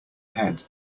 head